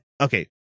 okay